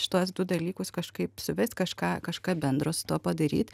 šituos du dalykus kažkaip suvest kažką kažką bendro su tuo padaryt